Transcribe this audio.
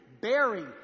bearing